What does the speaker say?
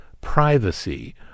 privacy